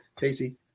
Casey